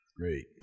great